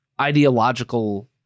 ideological